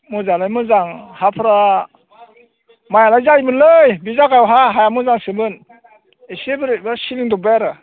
मोजाङालाय मोजां हाफोरा माइआलाय जायोमोनलै बि जागायावहा हा मोजांसोमोन एसे बोरैबा सिलिंदबबाय आरो